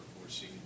foresee